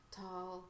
tall